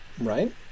Right